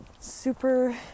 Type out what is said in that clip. super